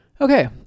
Okay